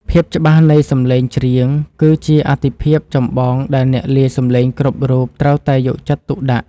ភាពច្បាស់នៃសំឡេងច្រៀងគឺជាអាទិភាពចម្បងដែលអ្នកលាយសំឡេងគ្រប់រូបត្រូវតែយកចិត្តទុកដាក់។